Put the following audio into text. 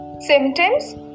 Symptoms